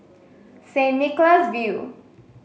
Saint Nicholas View